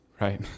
Right